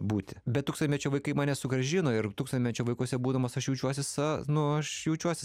būti bet tūkstantmečio vaikai mane sugrąžino ir tūkstantmečio vaikuose būdamas aš jaučiuosi sa nu aš jaučiuosi